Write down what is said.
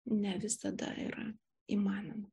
ne visada yra įmanoma